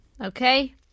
Okay